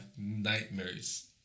nightmares